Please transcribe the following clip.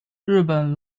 日本